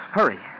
hurry